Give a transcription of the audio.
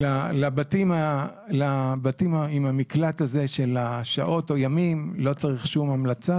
לבתי המקלט האלה של שעות או ימים לא צריך שום המלצה.